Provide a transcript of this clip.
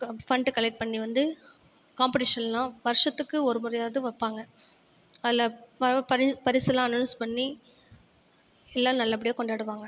fund collect பண்ணி வந்து காம்படிஷன்லாம் வருஷத்துக்கு ஒரு முறையாவது வைப்பாங்க அதில் பரிசெலாம் அனௌன்ஸ் பண்ணி எல்லாம் நல்லபடியாக கொண்டாடுவாங்க